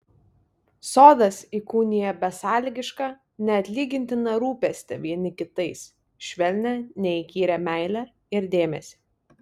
sodas įkūnija besąlygišką neatlygintiną rūpestį vieni kitais švelnią neįkyrią meilę ir dėmesį